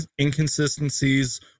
inconsistencies